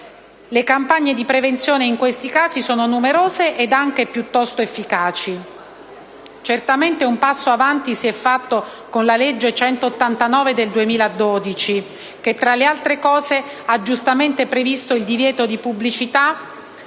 le campagne di prevenzione in questi casi sono numerose ed anche piuttosto efficaci. Certamente un passo avanti si è fatto con la legge n. 189 del 2012 che, tra le altre cose, ha giustamente previsto il divieto di pubblicità